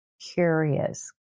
curious